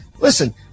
listen